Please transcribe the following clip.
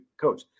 coach